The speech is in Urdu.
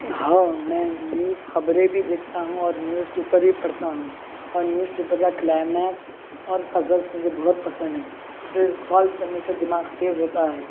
ہاں میں نیوز خبریں بھی دیکھتا ہوں اور نیوز پیپر بھی پڑھتا ہوں اور نیوز پیپر کا کلائمیکس اور پزلس مجھے بہت پسند ہے اسے سولو کرنے سے دماغ تیز ہوتا ہے